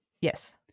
Yes